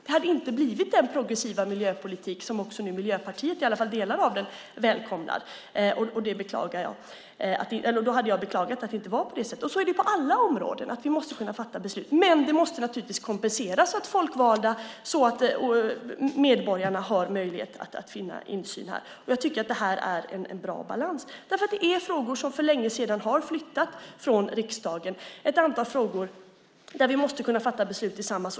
Det hade inte blivit den progressiva miljöpolitik som nu också Miljöpartiet - i alla fall delar av det - välkomnar. Då hade jag beklagat att det inte var på det sättet. Så är det ju på alla områden. Vi måste kunna fatta beslut. Men det måste naturligtvis kompenseras så att folkvalda och medborgare har möjlighet till insyn. Jag tycker att det här är en bra balans, därför att det är frågor som för länge sedan har flyttat från riksdagen, ett antal frågor där vi måste kunna fatta beslut tillsammans.